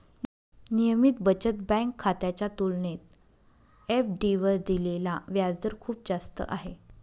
नियमित बचत बँक खात्याच्या तुलनेत एफ.डी वर दिलेला व्याजदर खूप जास्त आहे